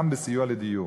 גם בסיוע לדיור.